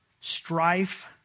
strife